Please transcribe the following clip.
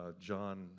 John